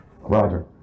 Roger